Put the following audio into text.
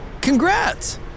Congrats